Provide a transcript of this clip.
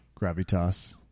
gravitas